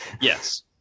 Yes